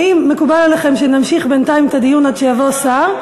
האם מקובל עליכם שנמשיך בינתיים את הדיון עד שיבוא שר,